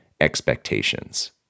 expectations